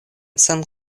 sen